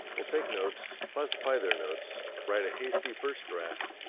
will take notes, classify their notes, write a hasty first draft,